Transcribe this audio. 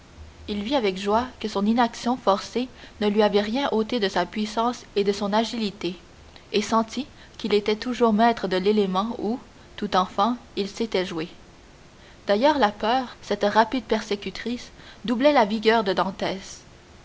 il vit avec joie que son inaction forcée ne lui avait rien ôté de sa puissance et de son agilité et sentit qu'il était toujours maître de l'élément où tout enfant il s'était joué d'ailleurs la peur cette rapide persécutrice doublait la vigueur de dantès